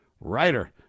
writer